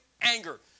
anger